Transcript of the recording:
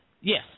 Yes